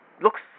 looks